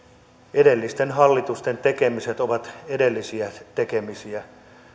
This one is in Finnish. edellisten hallitusten tekemiset ovat edellisiä tekemisiä